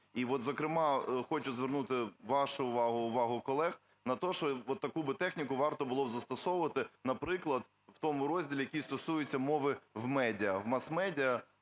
от зокрема хочу звернути вашу увагу, увагу колег на те, що отаку би техніку варто було б застосовувати, наприклад, в тому розділі, який стосується мови в медіа, в мас-медіа.